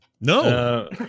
No